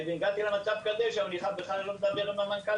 הגעתי למצב כזה שאני בכלל לא מדבר עם המנכ"ל